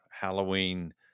Halloween